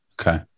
Okay